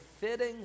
fitting